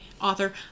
author